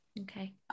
Okay